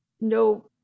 no